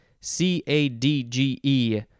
C-A-D-G-E